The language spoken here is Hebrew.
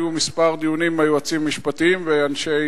היו כמה דיונים עם היועצים המשפטיים ואנשי